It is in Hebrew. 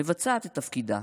היועצת מבצעת את תפקידה,